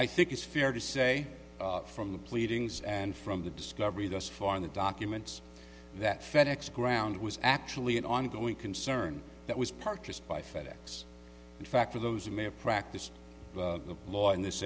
i think it's fair to say from the pleadings and from the discovery thus far in the documents that fed ex ground was actually an ongoing concern that was parked just by fedex in fact for those who may have practiced law in this